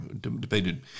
debated